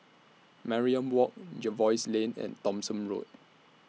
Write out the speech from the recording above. Mariam Walk Jervois Lane and Thomson Road